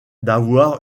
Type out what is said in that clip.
d’avoir